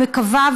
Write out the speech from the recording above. אני מקווה,